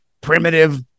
primitive